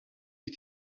ich